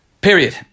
Period